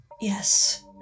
Yes